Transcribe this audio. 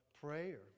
prayer